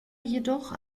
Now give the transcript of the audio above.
jedoch